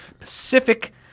Pacific